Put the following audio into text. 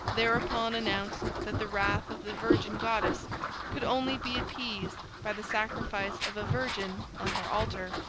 thereupon announced that the wrath of the virgin goddess could only be appeased by the sacrifice of a virgin on her altar,